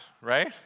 Right